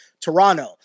Toronto